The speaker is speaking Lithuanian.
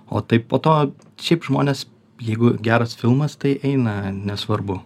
o taip po to šiaip žmonės jeigu geras filmas tai eina nesvarbu